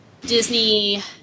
Disney